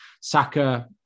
Saka